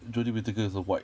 jodie whittaker 是 white